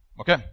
Okay